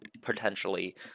potentially